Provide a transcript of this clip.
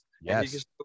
yes